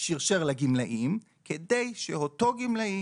ששירשר לגמלאים כדי שאותו גמלאי